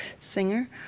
singer